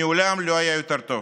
מעולם לא היה יותר טוב.